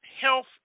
health